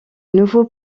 nouveau